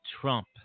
Trump